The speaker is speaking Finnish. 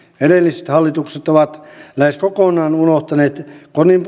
edelliset hallitukset ovat lähes kokonaan unohtaneet